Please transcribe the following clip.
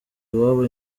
iwabo